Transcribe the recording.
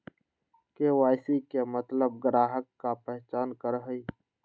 KYC के मतलब ग्राहक का पहचान करहई?